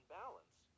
balance